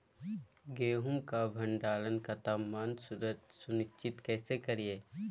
गेहूं का भंडारण का तापमान सुनिश्चित कैसे करिये?